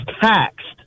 taxed